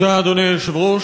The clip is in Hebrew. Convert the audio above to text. אדוני היושב-ראש,